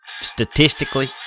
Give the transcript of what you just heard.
Statistically